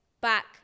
back